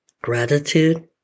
gratitude